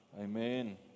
Amen